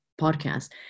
podcast